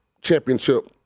championship